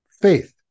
Faith